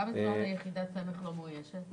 כמה זמן היחידות המדוברות לא מאוישות?